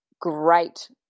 great